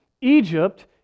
Egypt